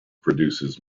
produces